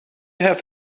have